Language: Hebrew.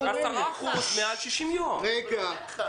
10% על ביטול מעל 60 ימים לפני המועד.